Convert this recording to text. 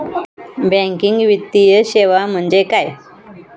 Banking वित्तीय सेवा म्हणजे काय?